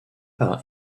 par